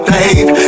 Babe